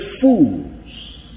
fools